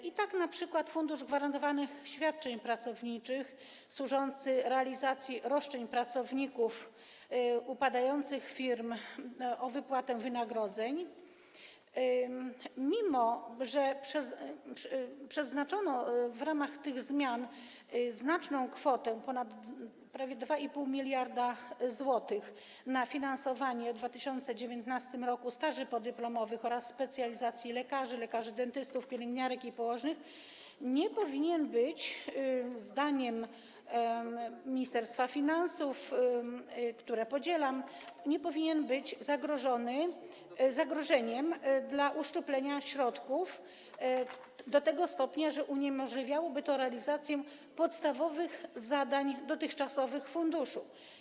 I tak np. Fundusz Gwarantowanych Świadczeń Pracowniczych służący realizacji roszczeń pracowników upadających firm o wypłatę wynagrodzeń - mimo że przeznaczono w ramach tych zmian znaczną kwotę, bo prawie 2,5 mld zł, na finansowanie w 2019 r. staży podyplomowych oraz specjalizacji lekarzy, lekarzy dentystów, pielęgniarek i położnych - zdaniem Ministerstwa Finansów, które podzielam, nie powinien być zagrożony uszczupleniem środków do tego stopnia, że uniemożliwiałoby to realizację podstawowych, dotychczasowych zadań funduszu.